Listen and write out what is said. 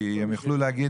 כי הם יכלו להגיד,